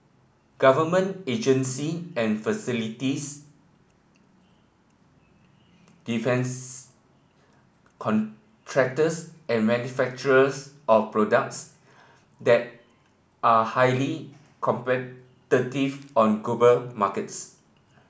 government agency and facilities defence contractors and manufacturers of products that are highly competitive on global markets